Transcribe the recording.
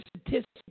statistics